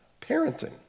parenting